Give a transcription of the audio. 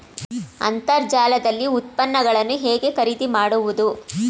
ಅಂತರ್ಜಾಲದಲ್ಲಿ ಉತ್ಪನ್ನಗಳನ್ನು ಹೇಗೆ ಖರೀದಿ ಮಾಡುವುದು?